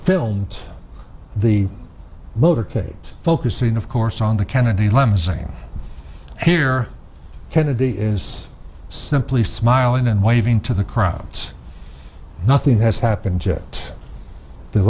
filmed the motorcade focusing of course on the kennedy limousine here kennedy is simply smiling and waving to the crowds nothing has happened to it the